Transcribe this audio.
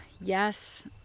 Yes